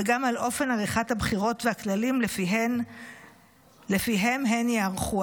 וגם על אופן עריכת הבחירות והכללים לפיהם הן ייערכו.